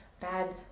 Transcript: bad